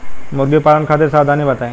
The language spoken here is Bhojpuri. मुर्गी पालन खातिर सावधानी बताई?